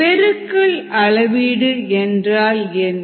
பெருக்கல் அளவீடு என்றால் என்ன